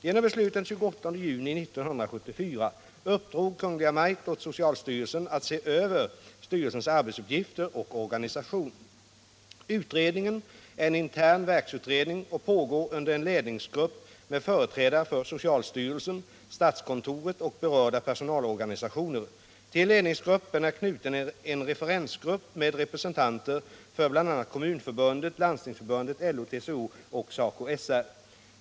Genom beslut den 28 juni 1974 uppdrog Kungl. Maj:t åt socialstyrelsen att se över styrelsens arbetsuppgifter och organisation. Utredningen är en intern verksutredning och pågår under en ledningsgrupp med företrädare för socialstyrelsen, statskontoret och berörda personalorganisationer. Till ledningsgruppen är knuten en referensgrupp med representanter för bl.a. Kommunförbundet, Landstingsförbundet, LO, TCO och SACO/SR.